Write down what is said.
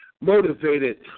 motivated